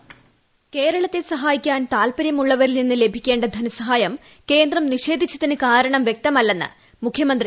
care ഹോംവോയിസ് കേരളത്തെ സഹായിക്കാൻ താല്പര്യമുള്ളവരിൽ നിന്ന് ലഭിക്കേണ്ട ധനസഹായം കേന്ദ്രം നിഷേധിച്ചതിന് കാരണം വൃക്തമല്ലെന്ന് ശ്രീ